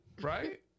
right